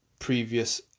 previous